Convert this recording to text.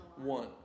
One